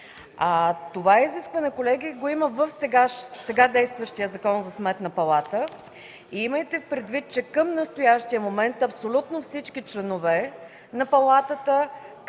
това изискване го има в сега действащия Закон за Сметната палата. Имайте предвид, че към настоящия момент абсолютно всички членове на Палатата